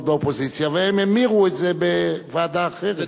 באופוזיציה והם המירו את זה בוועדה אחרת.